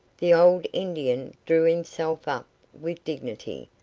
the old indian drew himself up with dignity,